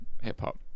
hip-hop